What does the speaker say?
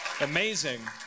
Amazing